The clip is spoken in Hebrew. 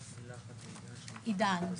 עידן,